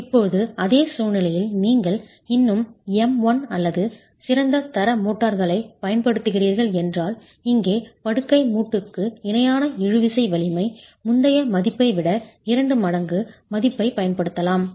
இப்போது அதே சூழ்நிலையில் நீங்கள் இன்னும் M1 அல்லது சிறந்த தர மோர்டார்களைப் பயன்படுத்துகிறீர்கள் என்றால் இங்கே படுக்கை மூட்டுக்கு இணையான இழுவிசை வலிமை முந்தைய மதிப்பை விட இரண்டு மடங்கு மதிப்பைப் பயன்படுத்தலாம்